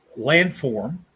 landform